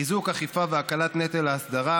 (חיזוק האכיפה והקלת נטל האסדרה),